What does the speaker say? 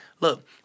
look